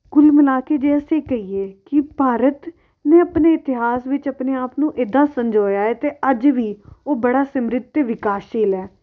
ਕੁਲ ਮਿਲਾ ਕੇ ਜੇ ਅਸੀਂ ਕਹੀਏ ਕਿ ਭਾਰਤ ਨੇ ਆਪਣੇ ਇਤਿਹਾਸ ਵਿੱਚ ਆਪਣੇ ਆਪ ਨੂੰ ਇੱਦਾਂ ਸੰਜੋਇਆ ਹੈ ਅਤੇ ਅੱਜ ਵੀ ਉਹ ਬੜਾ ਸਿਮ੍ਰਿਧ ਅਤੇ ਵਿਕਾਸਸ਼ੀਲ ਹੈ